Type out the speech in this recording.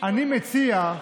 אני מציע,